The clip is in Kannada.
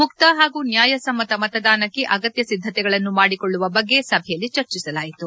ಮುಕ್ತ ಹಾಗೂ ನ್ಯಾಯಸಮ್ಮತ ಮತದಾನಕ್ಕೆ ಅಗತ್ಯ ಸಿದ್ದತೆಗಳನ್ನು ಮಾಡಿಕೊಳ್ಳುವ ಬಗ್ಗೆ ಸಭೆಯಲ್ಲಿ ಚರ್ಚಿಸಲಾಯಿತು